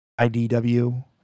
IDW